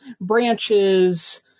branches